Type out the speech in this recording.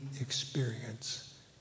experience